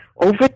over